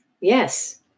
Yes